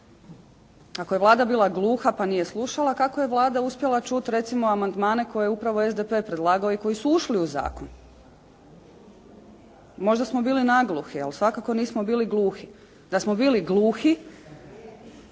Ako je Vlada bila gluha pa nije slušala, kako je Vlada uspjela čuti recimo amandmane koje je upravo SDP predlagao i koji su ušli u zakon. Možda smo bili nagluhi, ali svakako nismo bili gluhi. Da smo bili gluhi,